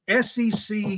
SEC –